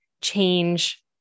change